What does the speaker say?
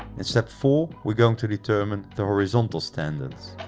in step four we're going to determine the horizontal standards.